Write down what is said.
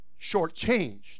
shortchanged